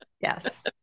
Yes